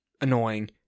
annoying